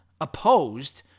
opposed